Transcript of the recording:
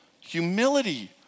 humility